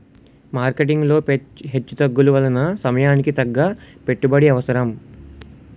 marketing లో హెచ్చుతగ్గుల వలన సమయానికి తగ్గ పెట్టుబడి అవసరం